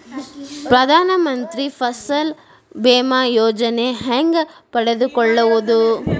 ಪ್ರಧಾನ ಮಂತ್ರಿ ಫಸಲ್ ಭೇಮಾ ಯೋಜನೆ ಹೆಂಗೆ ಪಡೆದುಕೊಳ್ಳುವುದು?